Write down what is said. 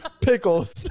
Pickles